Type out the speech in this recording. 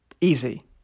Easy